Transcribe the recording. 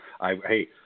Hey